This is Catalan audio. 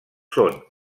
són